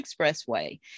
Expressway